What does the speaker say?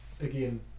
again